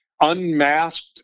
unmasked